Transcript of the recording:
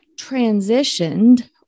transitioned